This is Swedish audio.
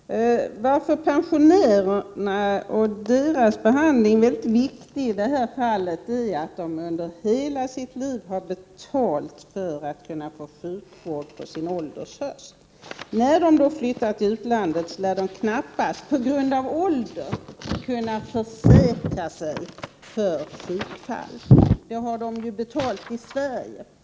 Herr talman! Frågan om pensionärerna och behandlingen av dessa är en mycket viktig fråga i detta sammanhang. Under ett långt liv har dessa människor betalat för att kunna få sjukvård på ålderns höst. De människor som flyttar till utlandet kan knappast, med tanke på åldern, teckna en sjukförsäkring. Men dessa människor har ju redan betalat för sig sig i Sverige.